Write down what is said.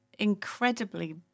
incredibly